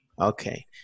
Okay